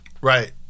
Right